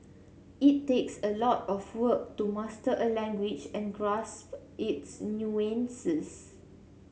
it takes a lot of work to master a language and grasp its nuances